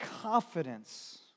confidence